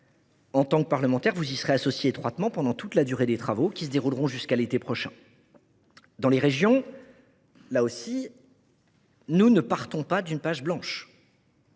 en tant que parlementaires, vous y serez associés étroitement pendant toute la durée des travaux, qui se dérouleront jusqu’à l’été prochain. Dans les régions non plus, nous ne partons pas d’une page blanche.